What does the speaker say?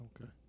Okay